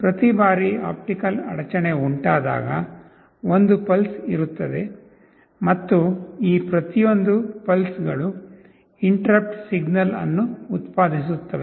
ಪ್ರತಿ ಬಾರಿ ಆಪ್ಟಿಕಲ್ ಅಡಚಣೆ ಉಂಟಾದಾಗ ಒಂದು ಪಲ್ಸ್ ಇರುತ್ತದೆ ಮತ್ತು ಈ ಪ್ರತಿಯೊಂದು ಪಲ್ಸ್ ಗಳು ಇಂಟರಪ್ಟ್ ಸಿಗ್ನಲ್ ಅನ್ನು ಉತ್ಪಾದಿಸುತ್ತವೆ